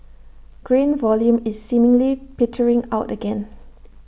grain volume is seemingly petering out again